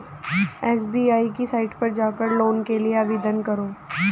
SBI की site पर जाकर लोन के लिए आवेदन करो